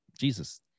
Jesus